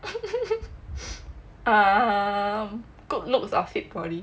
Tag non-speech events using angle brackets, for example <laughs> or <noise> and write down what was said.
<laughs> err good looks or fit body